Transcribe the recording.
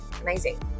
amazing